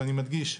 ואני מדגיש,